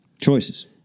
choices